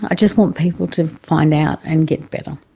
ah just want people to find out and get better.